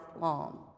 long